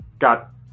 got